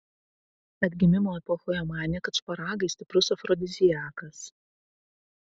atgimimo epochoje manė kad šparagai stiprus afrodiziakas